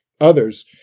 others